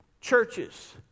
churches